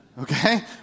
Okay